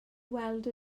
weld